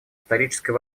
исторической